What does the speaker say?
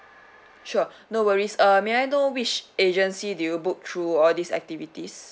sure no worries err may I know which agency do you book through all these activities